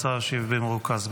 והשר ישיב במרוכז.